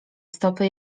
stopy